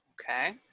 Okay